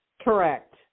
Correct